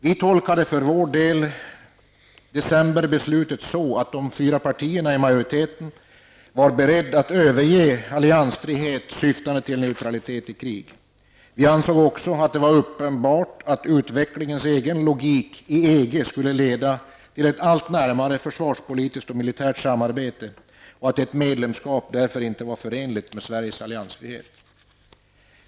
Vi tolkade för vår del decemberbeslutet så, att de fyra partierna i majoriteten var beredda att överge vår alliansfrihet syftande till neutralitet i krig. Vi ansåg också att det var uppenbart att utvecklingens egen logik i EG skulle leda till ett allt närmare förvarspolitiskt och militärt samarbete och att ett medlemskap därför inte var förenligt med Sveriges alliansfrihet.